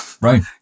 Right